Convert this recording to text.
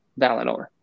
Valinor